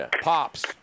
pops